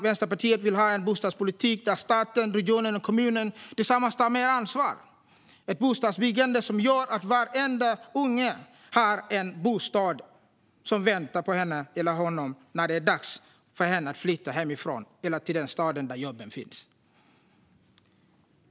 Vänsterpartiet vill ha en bostadspolitik där staten, regionen och kommunen tillsammans tar mer ansvar - ett bostadsbyggande som gör att varenda unge har en bostad som väntar på henne eller honom när det är dags för hen att flytta hemifrån eller till den stad där jobben finns.